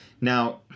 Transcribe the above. Now